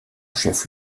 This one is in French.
chef